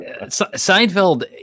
Seinfeld